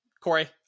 Corey